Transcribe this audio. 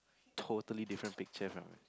totally different picture from